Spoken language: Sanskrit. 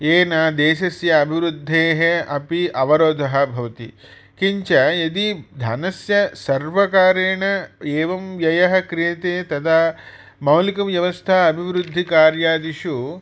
येन देशस्य अभिवृद्धेः अपि अवरोधः भवति किञ्च यदि धनस्य सर्वकारेण एवं व्ययः क्रियते तदा मौलिकव्यवस्था अभिवृद्धिकार्यादिषु